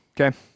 Okay